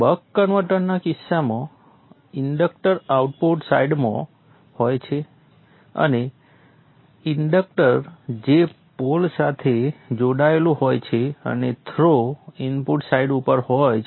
buck કન્વર્ટરના કિસ્સામાં inductor output સાઇડમાં હોય છે અને ઇન્ડક્ટર જે પોલ સાથે જોડાયેલું હોય છે અને થ્રો ઇનપુટ સાઇડ ઉપર હોય છે